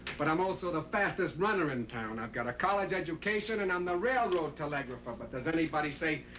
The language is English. but i'm also the fastest runner in town. i've got a college education, and i'm the railroad telegrapher, but does anybody say,